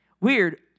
weird